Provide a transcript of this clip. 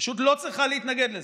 פשוט לא צריכה להתנגד לזה.